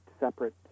separate